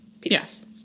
yes